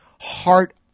heart